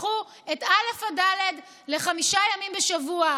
ותפתחו את א' עד ד' לחמישה ימים בשבוע.